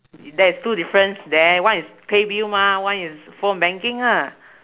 there is two difference there one is pay bill mah one is phone banking ah